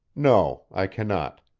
no, i cannot.